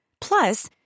Plus